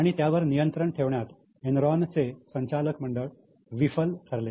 आणि त्यावर नियंत्रण ठेवण्यात एनरॉनचे संचालक मंडळ विफल ठरले